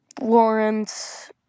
Lawrence